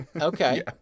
Okay